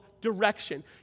direction